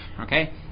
Okay